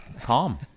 Calm